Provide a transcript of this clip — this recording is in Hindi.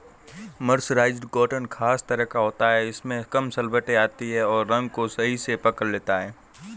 मर्सराइज्ड कॉटन खास तरह का होता है इसमें कम सलवटें आती हैं और रंग को सही से पकड़ लेता है